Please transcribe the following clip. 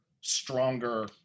stronger